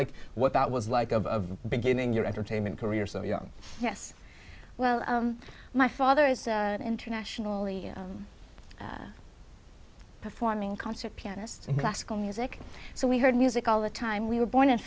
like what that was like a beginning your entertainment career so young yes well my father is set internationally at performing a concert pianist and classical music so we heard music all the time we were born in